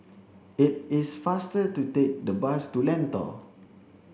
it is faster to take the bus to Lentor